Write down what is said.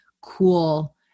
cool